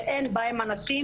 שאין בהם אנשים,